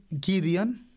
Gideon